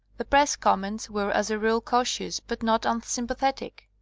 the press comments were as a rule cautious but not unsympathetic.